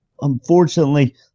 unfortunately